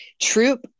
troop